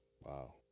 Wow